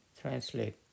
translate